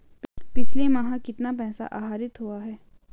पिछले माह कितना पैसा आहरित हुआ है?